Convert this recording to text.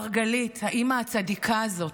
למרגלית, האימא הצדיקה הזאת: